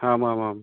आम् आम् आम्